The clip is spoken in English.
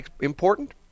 important